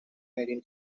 canadian